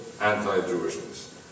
anti-Jewishness